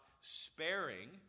sparing